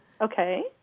Okay